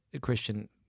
Christian